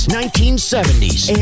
1970s